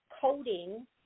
coding